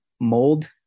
mold